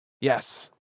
Yes